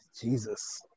Jesus